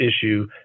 issue